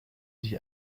sich